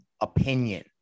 opinion